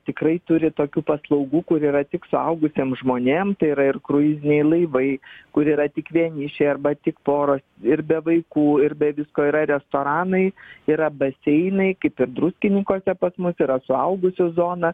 tikrai turi tokių paslaugų kur yra tik suaugusiems žmonėm tai yra ir kruiziniai laivai kur yra tik vienišiai arba tik poros ir be vaikų ir be visko yra restoranai yra baseinai kaip ir druskininkuose pas mus yra suaugusių zona